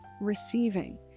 receiving